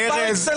ארז,